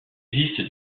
existe